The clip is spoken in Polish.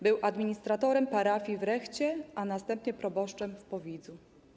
Był administratorem parafii w Rechcie, a następnie proboszczem w Powidzu.